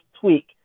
tweak